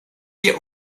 ihr